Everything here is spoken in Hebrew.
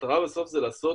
המטרה בסוף זה לעשות